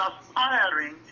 aspiring